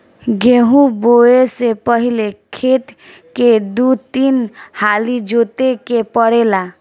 गेंहू बोऐ से पहिले खेत के दू तीन हाली जोते के पड़ेला